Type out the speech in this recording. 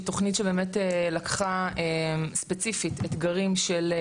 תוכנית שבאמת לקחה ספציפית אתגרים של,